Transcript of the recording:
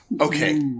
Okay